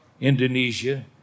Indonesia